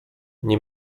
nie